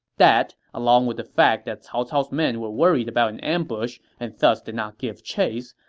that, along with the fact that cao cao's men were worried about an ambush and thus did not give chase,